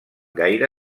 gaire